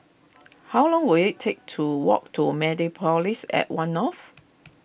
how long will it take to walk to Mediapolis at one North